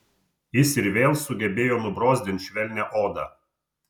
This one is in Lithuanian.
jis ir vėl sugebėjo nubrozdint švelnią odą